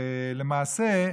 למעשה,